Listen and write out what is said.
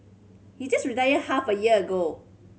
he just retired half a year ago